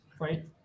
Right